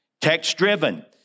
text-driven